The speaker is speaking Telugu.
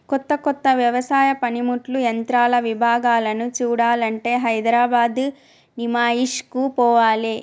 కొత్త కొత్త వ్యవసాయ పనిముట్లు యంత్రాల విభాగాలను చూడాలంటే హైదరాబాద్ నిమాయిష్ కు పోవాలే